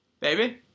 Baby